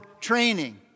training